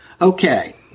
Okay